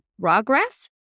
progress